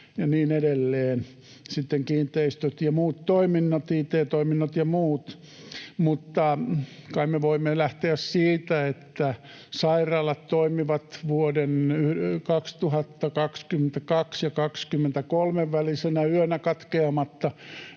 ja niin edelleen. Sitten kiinteistöt ja muut toiminnot, it-toiminnot ja muut. Mutta kai me voimme lähteä siitä, että sairaalat toimivat vuosien 2022 ja 2023 välisenä yönä katkeamatta,